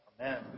Amen